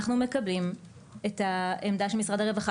אנחנו מקבלים את העמדה של משרד הרווחה